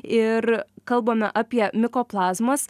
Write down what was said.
ir kalbame apie mikoplazmas